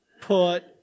put